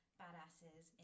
badasses